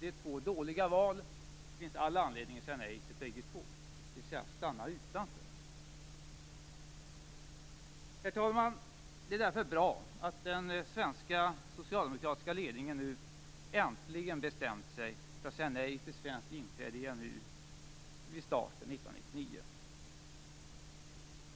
Det är två dåliga val, och det finns all anledning att säga nej till bägge - dvs. att stanna utanför. Herr talman! Det är därför bra att den svenska socialdemokratiska regeringen nu äntligen har bestämt sig för att säga nej till ett svenskt inträde i EMU vid starten 1999.